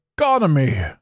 economy